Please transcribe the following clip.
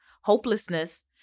hopelessness